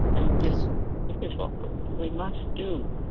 and this is what we must do.